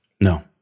No